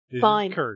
Fine